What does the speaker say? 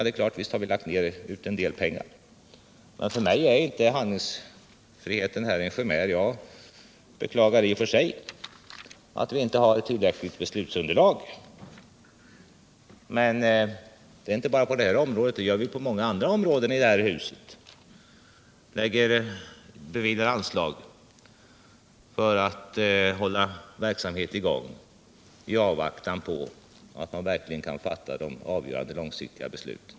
Det är klart att vi lagt ut en del pengar, men för mig är inte handlingsfriheten en chimär. Jag beklagar i och för sig att vi inte har ett tillräckligt beslutsunderlag. Men så har inte skett bara på detta område utan det sker på många andr: områden i det här huset. Vi beviljar anslag för att hålla en verksamhet i gång i avvaktan på att man möjligen kan fatta de avgörande långsiktiga besluten.